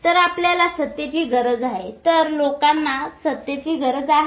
तर आपल्याला सत्तेची गरज आहे तर लोकांना सत्तेची गरज का आहे